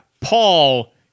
Paul